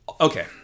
Okay